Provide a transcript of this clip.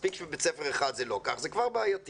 מספיק שבבית ספר אחד זה לא כך זה כבר בעייתי